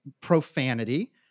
profanity